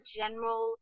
general